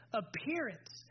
appearance